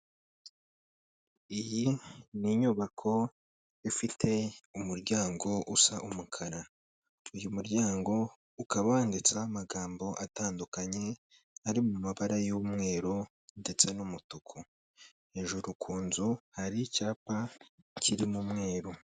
Iyi ni inyubako ifite umuryango usa umukara, uyu muryango ukaba wanditseho amagambo atandukanye ari mu mabara y'umweru ndetse n'umutuku, hejuru ku nzu hari icyapa kirimo umweru.